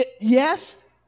Yes